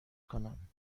کنم